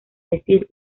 decir